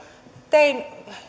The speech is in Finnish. tein